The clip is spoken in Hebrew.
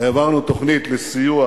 העברנו תוכנית לסיוע